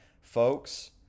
Folks